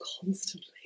constantly